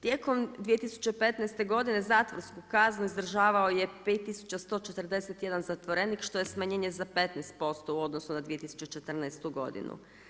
Tijekom 2015. godine zatvorsku kaznu izdržavao je 5 tisuća 141 zatvorenik što je smanjenje za 15% u odnosu na 2014. godinu.